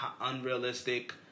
unrealistic